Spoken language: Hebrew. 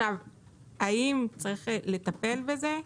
האם צריך לטפל בזה?